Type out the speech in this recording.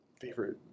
Favorite